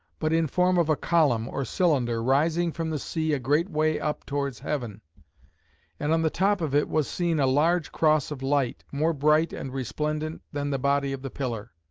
but in form of a column, or cylinder, rising from the sea a great way up towards heaven and on the top of it was seen a large cross of light, more bright and resplendent than the body of the pillar.